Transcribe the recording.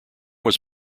was